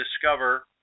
Discover